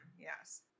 Yes